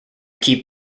keep